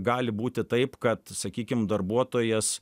gali būti taip kad sakykim darbuotojas